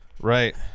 Right